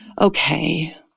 Okay